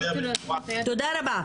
תודה רבה.